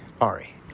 Ari